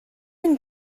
and